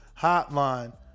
Hotline